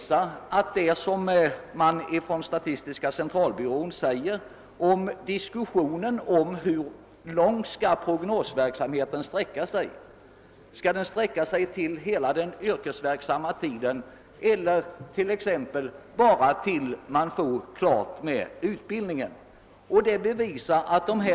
Statistiska centralbyrån ställer frågan, hur långt prognosverksamheten skall sträcka sig: Skall den sträcka sig till hela den yrkesverksamma tiden för dem som är i utbildning, eller skall den inskränkas till den tidpunkt då de är klara med sin utbildning?